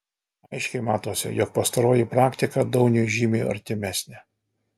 aiškiai matosi jog pastaroji praktika dauniui žymiai artimesnė